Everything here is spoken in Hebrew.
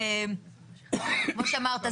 וכמו שאמרת,